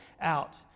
out